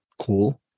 cool